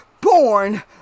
born